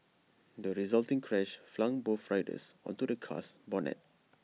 the resulting crash flung both riders onto the car's bonnet